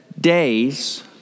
days